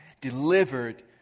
delivered